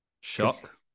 Shock